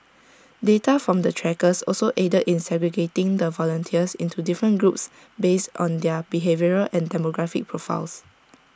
data from the trackers also aided in segregating the volunteers into different groups based on their behavioural and demographic profiles